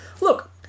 look